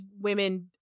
women